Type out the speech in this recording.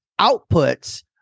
Outputs